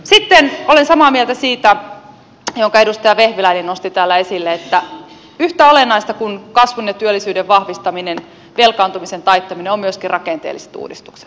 sitten olen samaa mieltä siitä minkä edustaja vehviläinen nosti täällä esille että yhtä olennaista kuin kasvun ja työllisyyden vahvistaminen velkaantumisen taittaminen ovat myöskin rakenteelliset uudistukset